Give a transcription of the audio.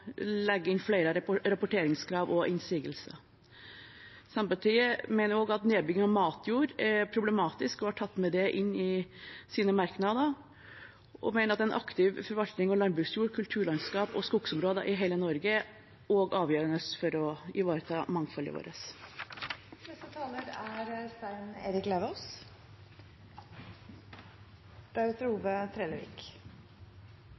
legge inn flere rapporteringskrav og innsigelser. Senterpartiet mener også at nedbygging av matjord er problematisk, og har tatt med det i sine merknader. Vi mener at en aktiv forvaltning av landbruksjord, kulturlandskap og skogsområder i hele Norge også er avgjørende for å ivareta mangfoldet